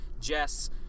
Jess